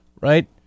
right